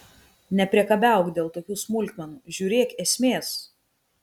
nepriekabiauk dėl tokių smulkmenų žiūrėk esmės